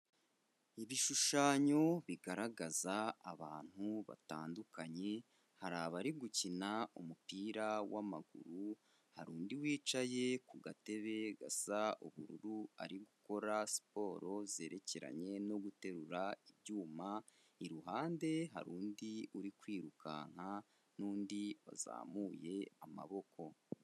Ibishushanyo bigaragaza abantu batandukanye, hari abari gukina umupira w'amaguru, hari undi wicaye ku gatebe gasa ubururu ari gukora siporo zerekeranye no guterura ibyuma, iruhande hari undi uri kwirukanka n'undi wazamuye amaboko.